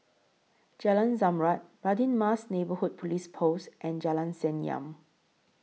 Jalan Zamrud Radin Mas Neighbourhood Police Post and Jalan Senyum